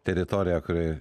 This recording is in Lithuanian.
teritorija kuri